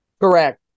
Correct